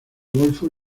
golfo